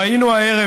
ראינו הערב,